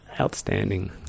outstanding